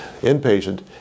Inpatient